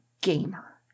gamer